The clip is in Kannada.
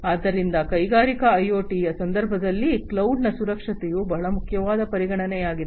ಆದ್ದರಿಂದ ಕೈಗಾರಿಕಾ ಐಒಟಿಯ ಸಂದರ್ಭದಲ್ಲಿ ಕ್ಲೌಡ್ನ ಸುರಕ್ಷತೆಯು ಬಹಳ ಮುಖ್ಯವಾದ ಪರಿಗಣನೆಯಾಗಿದೆ